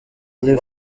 live